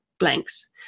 blanks